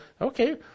okay